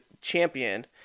champion